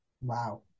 Wow